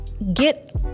get